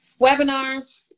webinar